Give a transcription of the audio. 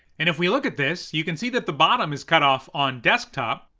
and if we look at this, you can see that the bottom is cut off on desktop.